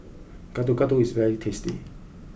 Gado Gado is very tasty